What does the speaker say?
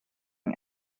and